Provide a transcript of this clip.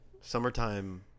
Summertime